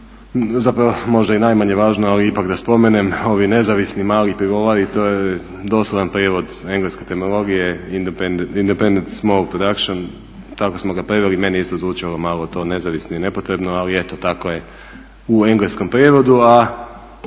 možda i najmanje važno, ali ipak da spomenem. Ovi nezavisni mali pivovari to je doslovan prijevod engleske terminologije independent small production, tako smo ga preveli, meni je isto zvučalo malo to nezavisni nepotrebno ali eto tako je u engleskom prijevodu